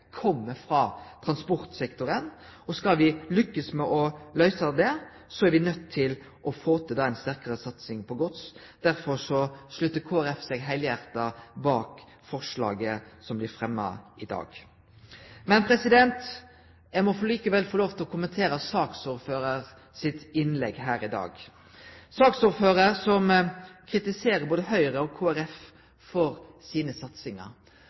transportsektoren, og skal vi lukkast med å løyse det problemet, er vi nøydde til å få til ei sterkare satsing på gods. Derfor stiller Kristeleg Folkeparti seg heilhjarta bak forslaget som blir fremja i dag. Eg må likevel få lov til å kommentere saksordføraren sitt innlegg her i dag. Saksordføraren kritiserer både Høgre og Kristeleg Folkeparti for